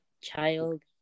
child